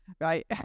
right